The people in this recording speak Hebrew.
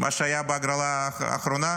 מה שהיה בהגרלה האחרונה?